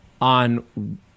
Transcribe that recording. on